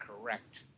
correct